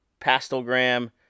Pastelgram